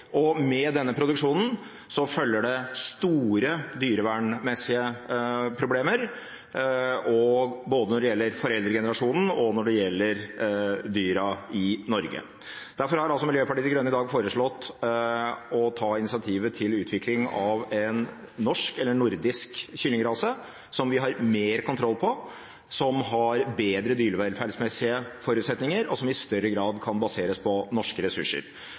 og når det gjelder dyra i Norge. Derfor har Miljøpartiet De Grønne i dag foreslått at det tas initiativ til utvikling av en norsk eller nordisk kyllingrase som vi har mer kontroll på, som har bedre dyrevelferdsmessige forutsetninger, og som i større grad kan baseres på norske ressurser.